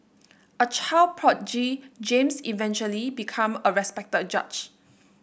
a child prodigy James eventually became a respected judge